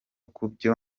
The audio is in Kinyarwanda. kubyo